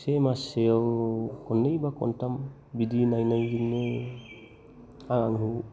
से माससोयाव खन्नै बा खनथाम बिदि नायनायजोंनो आं